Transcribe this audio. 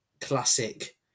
classic